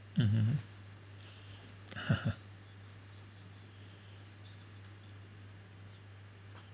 mm